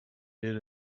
did